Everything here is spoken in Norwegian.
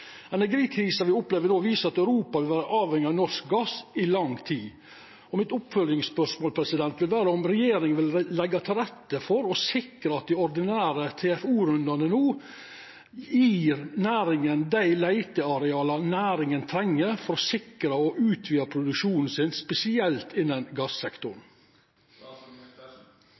Energikrisa me opplever no, viser at Europa vil vera avhengig av norsk gass i lang tid. Mitt oppfølgingsspørsmål er: Vil regjeringa leggja til rette for og sikra at dei ordinære TFO-rundane no gjev næringa dei leiteareala næringa treng for å sikra og utvida produksjonen sin, spesielt innan